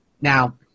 Now